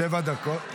שבע דקות?